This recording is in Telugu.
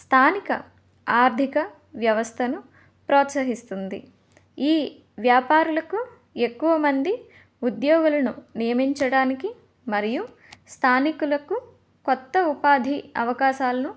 స్థానిక ఆర్థిక వ్యవస్థను ప్రోత్సహిస్తుంది ఈ వ్యాపారులకు ఎక్కువ మంది ఉద్యోగులను నియమించడానికి మరియు స్థానికులకు కొత్త ఉపాధి అవకాశాలను